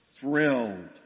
thrilled